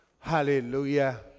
Hallelujah